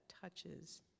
touches